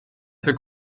für